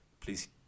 please